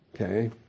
Okay